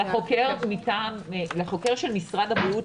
לחוקר של משרד הבריאות,